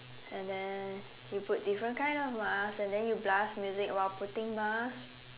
and then you put different kind of masks and then you blast music while putting mask